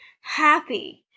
happy